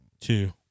Two